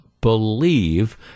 believe